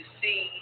see